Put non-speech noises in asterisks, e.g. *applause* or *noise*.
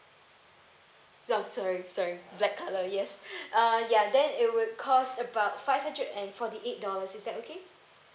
oh sorry sorry black color yes *breath* uh ya then it would cost about five hundred and forty eight dollars is that okay